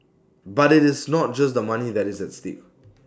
but IT is not just the money that is at stake